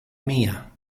mia